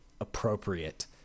appropriate